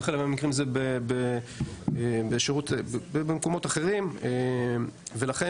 וחלק בשירות וחלק